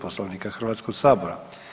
Poslovnika Hrvatskog sabora.